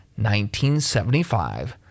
1975